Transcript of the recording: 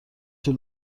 طول